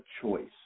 choice